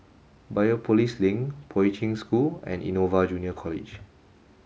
Biopolis Link Poi Ching School and Innova Junior College